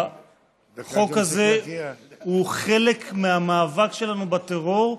החוק הזה הוא חלק מהמאבק שלנו בטרור,